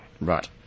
Right